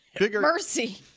Mercy